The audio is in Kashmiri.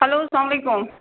ہٮ۪لو سلام علیکُم